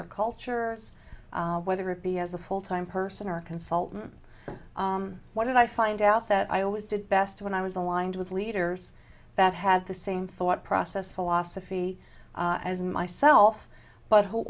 their culture whether it be as a full time person or a consultant what did i find out that i always did best when i was aligned with leaders that had the same thought process philosophy as myself but who